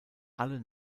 alle